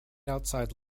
outside